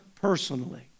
personally